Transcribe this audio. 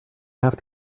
have